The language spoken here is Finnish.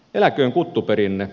eläköön kuttuperinne